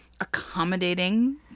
accommodating